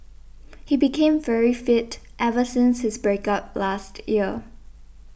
he became very fit ever since his break up last year